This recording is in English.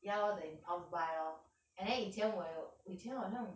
ya lor the impulse buy lor and then 以前我有以前我好像